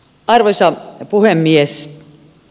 arvoisa puhemies